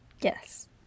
yes